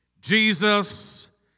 Jesus